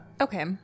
Okay